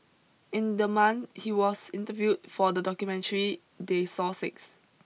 in the month he was interviewed for the documentary they saw six